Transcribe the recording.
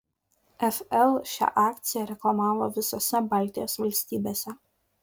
fl šią akciją reklamavo visose baltijos valstybėse